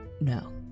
No